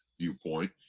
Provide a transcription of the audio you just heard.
viewpoint